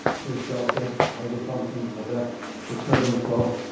here's delta as a function of x for turbulent flow.